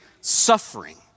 suffering